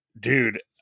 dude